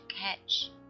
catch